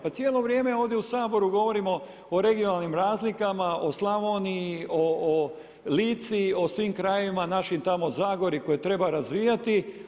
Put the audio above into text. Pa cijelo vrijeme ovdje u Saboru govorimo o regionalnim razlikama, o Slavoniji, o Lici, o svim krajevima našim tamo Zagori, koje treba razvijati.